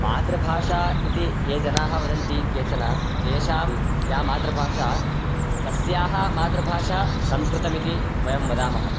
मातृभाषा इति ये जनाः वदन्ति केचन तेषां या मातृभाषा तस्याः मातृभाषा संस्कृतमिति वयं वदामः